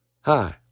Hi